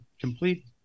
complete